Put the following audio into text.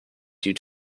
due